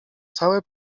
całe